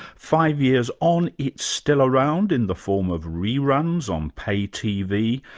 five years on, it's still around in the form of re-runs on pay-tv,